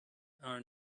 are